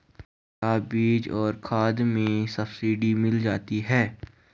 क्या बीज और खाद में सब्सिडी मिल जाती है?